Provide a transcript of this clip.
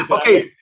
um okay,